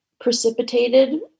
precipitated